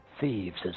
thieves